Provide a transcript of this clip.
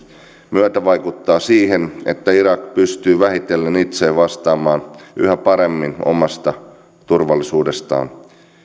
myötävaikuttaa siihen että irak pystyy vähitellen itse vastaamaan yhä paremmin omasta turvallisuudestaan